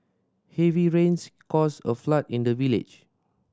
heavy rains caused a flood in the village